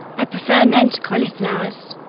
i prefer men to cauliflowers.